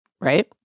Right